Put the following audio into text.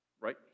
right